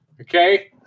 Okay